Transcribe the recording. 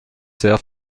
sehr